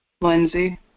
Lindsay